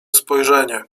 spojrzenie